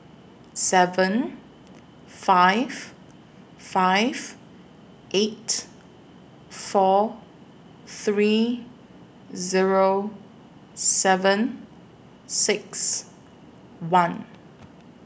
seven five five eight four three Zero seven six one